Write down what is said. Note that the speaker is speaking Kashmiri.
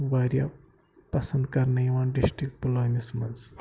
وارِیاہ پَسَنٛد کَرنہٕ یِوان ڈِسٹِرک پُلوٲمِس منٛز